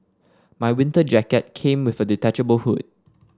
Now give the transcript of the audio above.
my winter jacket came with a detachable hood